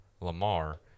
Lamar